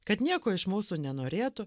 kad nieko iš mūsų nenorėtų